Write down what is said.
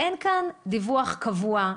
אין כאן דיווח קבוע,